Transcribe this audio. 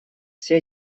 все